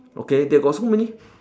okay they got so many